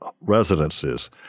residences